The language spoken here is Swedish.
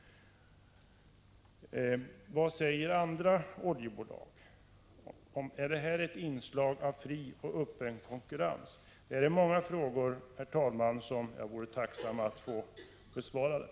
Vad säger man från de andra oljebolagens sida? Är det här fråga om ett inslag av fri och öppen konkurrens? Jag har alltså, herr talman, ställt många frågor, och jag vore tacksam om de besvarades.